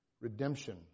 Redemption